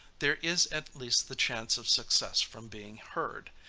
there is at least the chance of success from being heard.